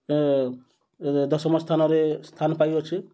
ଦଶମ ସ୍ଥାନରେ ସ୍ଥାନ ପାଇଅଛି